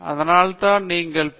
அதனால்தான் நீங்கள் உங்கள் பி